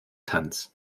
tanz